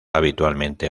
habitualmente